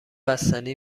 بستنی